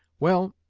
well,